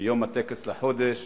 ביום הטקס לחודש.